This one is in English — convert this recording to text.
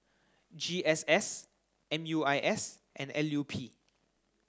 G S S M U I S and L U P